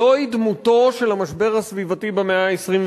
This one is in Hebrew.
זוהי דמותו של המשבר הסביבתי במאה ה-21.